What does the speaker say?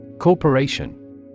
Corporation